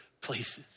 places